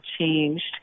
changed